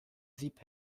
sieb